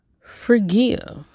forgive